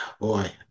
boy